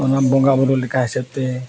ᱚᱱᱟ ᱵᱚᱸᱜᱟ ᱵᱩᱨᱩ ᱞᱮᱠᱟ ᱦᱤᱥᱟᱹᱵᱽᱛᱮ